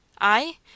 I